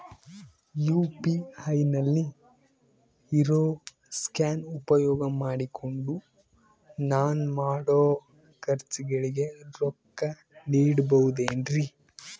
UPI ನಲ್ಲಿ ಇರೋ scan ಉಪಯೋಗ ಮಾಡಿಕೊಂಡು ನಾನು ಮಾಡೋ ಖರ್ಚುಗಳಿಗೆ ರೊಕ್ಕ ನೇಡಬಹುದೇನ್ರಿ?